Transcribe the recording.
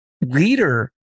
leader